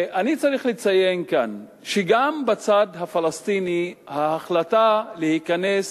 אני צריך לציין כאן שגם בצד הפלסטיני ההחלטה להיכנס